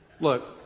Look